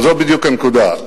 אבל זאת בדיוק הנקודה.